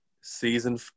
season